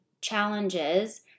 challenges